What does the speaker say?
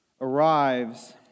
arrives